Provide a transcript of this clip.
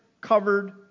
covered